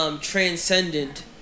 Transcendent